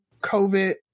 COVID